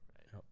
Right